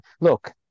Look